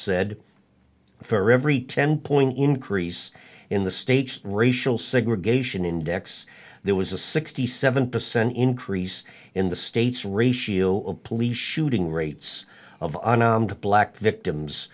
said for every ten point increase in the state's racial segregation index there was a sixty seven percent increase in the state's ratio of police shooting rates of black victims